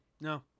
no